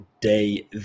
day